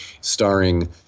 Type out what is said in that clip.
starring